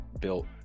built –